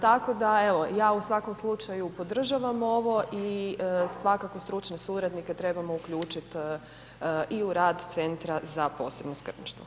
Tako da evo ja u svakom slučaju podržavam ovo i svakako stručne suradnike trebamo uključiti i u rad Centra za posebno skrbništvo.